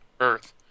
Earth